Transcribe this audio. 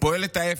פועלת ההפך.